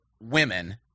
women